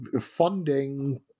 funding